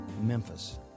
Memphis